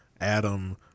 Adam